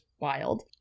wild